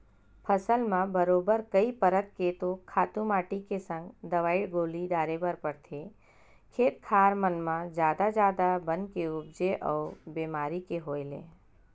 फसल म बरोबर कई परत के तो खातू माटी के संग दवई गोली डारे बर परथे, खेत खार मन म जादा जादा बन के उपजे अउ बेमारी के होय ले